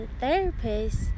therapist